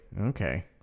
Okay